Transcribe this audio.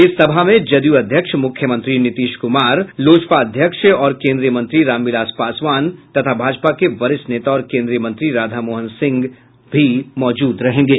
इस सभा में जदयू अध्यक्ष मुख्यमंत्री नीतीश कुमार लोजपा अध्यक्ष और केंद्रीय मंत्री रामविलास पासवान तथा भाजपा के वरिष्ठ नेता और केंद्रीय मंत्री राधामोहन सिंह भी मौजूद रहेंगे